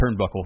turnbuckle